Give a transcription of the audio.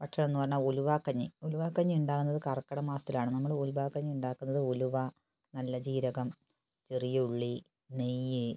ഭക്ഷണം എന്ന് പറഞ്ഞാൽ ഉലുവ കഞ്ഞി ഉലുവ കഞ്ഞി ഉണ്ടാക്കുന്നത് കർക്കിടക മാസത്തിലാണ് നമ്മൾ ഉലുവ കഞ്ഞി ഉണ്ടാക്കുന്നത് ഉലുവ നല്ല ജീരകം ചെറിയ ഉള്ളി നെയ്യ്